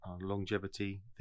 longevity